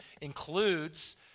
includes